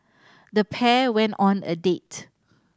the pair went on a date